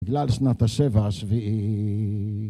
בגלל שנת השבע השביעית